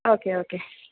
okay okay